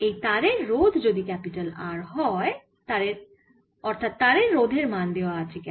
এই তারের রোধ যদি R হয় অর্থাৎ তারের রোধের মান দেওয়া আছে R